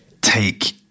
take